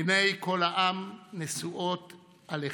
עיני כל העם נשואות אליכם,